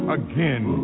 again